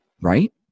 right